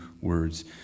words